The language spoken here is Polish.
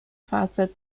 facet